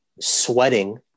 sweating